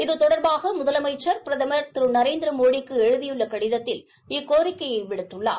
இது தொடர்பாக முதலமைச்ச்ன் பிரதமர் திரு நரேந்திரமோடிக்கு எழுதியுள்ள கடிதத்தில் இக்கோரிக்கையை விடுத்துள்ளார்